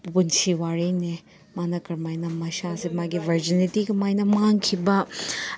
ꯄꯨꯟꯁꯤ ꯋꯥꯔꯦꯡꯅꯦ ꯃꯥꯅ ꯀꯔꯝꯃꯥꯏꯅ ꯃꯁꯥꯁꯦ ꯃꯥꯒꯤ ꯕꯔꯖꯅꯤꯇꯤ ꯀꯃꯥꯏꯅ ꯃꯥꯡꯈꯤꯕ